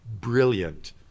brilliant